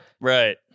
Right